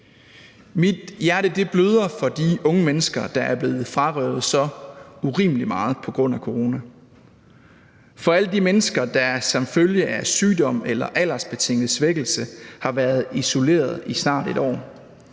Mit hjerte bløder for de unge mennesker, der er blevet frarøvet så urimelig meget på grund af corona, og for alle de mennesker, der som følge af sygdom eller aldersbetinget svækkelse har været isoleret i snart et år.